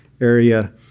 area